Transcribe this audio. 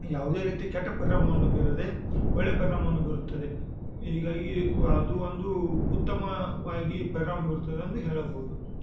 ಯಾವುದೇ ರೀತಿ ಕೆಟ್ಟ ಪರಿಣಾಮವನ್ನು ಬೀರದೇ ಒಳ್ಳೆ ಪರಿಣಾಮವನ್ನು ಬೀರುತ್ತದೆ ಹೀಗಾಗಿ ಅದು ಒಂದು ಉತ್ತಮವಾಗಿ ಪರಿಣಾಮ ಬೀರುತ್ತದೆಯೆಂದು ಹೇಳಬಹುದು